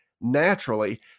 naturally